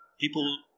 people